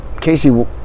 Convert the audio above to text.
Casey